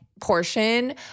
portion